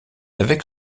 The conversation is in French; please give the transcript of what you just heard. avec